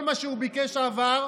כל מה שהוא ביקש, עבר.